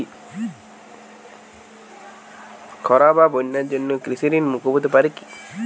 খরা বা বন্যার জন্য কৃষিঋণ মূকুপ হতে পারে কি?